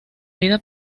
vida